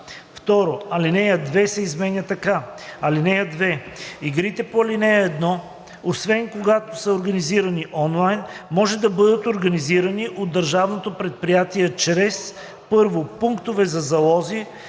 2. Алинея 2 се изменя така: „(2) Игрите по ал. 1, освен когато са организирани онлайн, може да бъдат организирани от държавното предприятие чрез: 1. пунктове за залози,